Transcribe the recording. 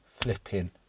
flipping